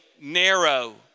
narrow